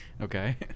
Okay